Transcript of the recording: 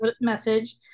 message